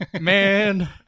Man